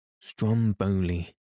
Stromboli